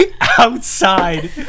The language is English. outside